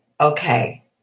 Okay